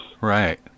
right